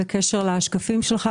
בקשר לשקפים שלך,